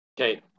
Okay